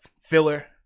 filler